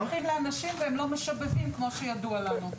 הם נושכים אנשים והם לא משוטטים כמו שידוע לנו.